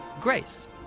grace